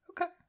Okay